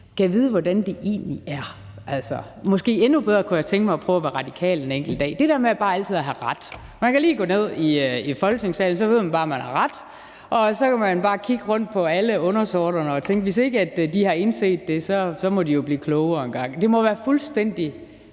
gade vide, hvordan det egentlig er. Måske endnu bedre kunne jeg tænke mig at prøve at være radikal en enkelt dag, for det handler om bare altid at have ret. Man kan lige gå ned i Folketingssalen, og så ved man bare, man har ret, og så kan man bare kigge rundt på alle undersåtterne og tænke, at hvis ikke de har indset det, må de jo blive klogere engang. Det må være fuldstændig